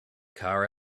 car